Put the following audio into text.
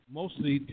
mostly